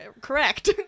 Correct